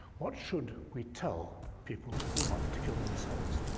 what should we tell people who want to kill themselves?